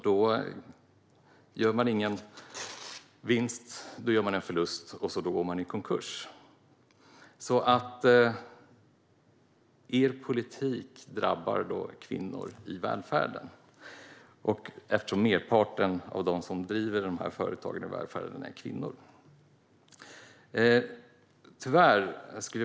Då gör man ingen vinst utan en förlust och går i konkurs. Er politik drabbar alltså kvinnor i välfärden eftersom merparten av dem som driver företag i välfärden är kvinnor.